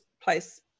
place